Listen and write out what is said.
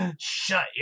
Shut